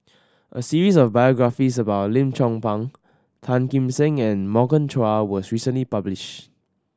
a series of biographies about Lim Chong Pang Tan Kim Seng and Morgan Chua was recently publish